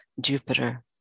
Jupiter